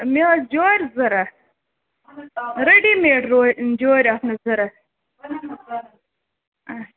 مےٚ ٲس جورِ ضوٚرتھ ریٚڈی میڈ جورِ آسہِ مےٚ ضوٚرتھ اچھا